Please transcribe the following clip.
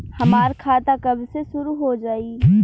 हमार खाता कब से शूरू हो जाई?